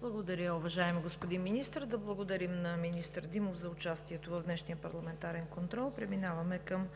Благодаря, уважаеми господин Министър. Да благодарим на министър Димов за участието в днешния парламентарен контрол. Преминаваме към